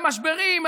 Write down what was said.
ממשברים,